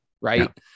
right